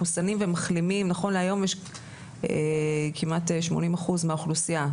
מחוסנים ומחלימים נכון להיום יש כמעט 80% מהאוכלוסייה,